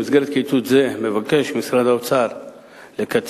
במסגרת קיצוץ זה מבקש משרד האוצר לקצץ